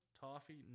toffee